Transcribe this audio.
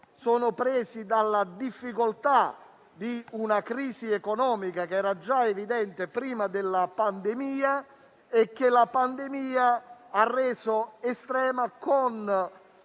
nella difficoltà di una crisi economica che era già evidente prima della pandemia e che l'emergenza sanitaria ha reso estrema, con